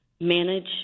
manage